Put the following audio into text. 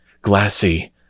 glassy